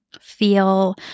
feel